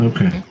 Okay